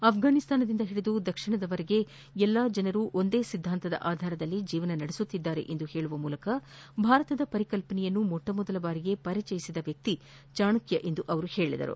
ಆಫ್ರಾನಿಸ್ತಾನದಿಂದ ಹಿಡಿದು ದಕ್ಷಿಣದವರೆಗೆ ಎಲ್ಲಾ ಜನರು ಒಂದೇ ಸಿದ್ದಾಂತದ ಆಧಾರದಲ್ಲಿ ಜೀವನ ನಡೆಸುತ್ತಿದ್ದಾರೆ ಎಂದು ಹೇಳುವ ಮೂಲಕ ಭಾರತದ ಪರಿಕಲ್ಪನೆಯನ್ನು ಮೊಟ್ಟಮೊದಲ ಬಾರಿಗೆ ಪರಿಚಯಿಸಿದ ವ್ಯಕ್ತಿ ಚಾಣಕ್ಯ ಎಂದು ಅವರು ಹೇಳಿದರು